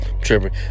Tripping